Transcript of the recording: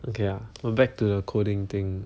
okay ah but back to the coding thing